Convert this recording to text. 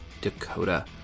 Dakota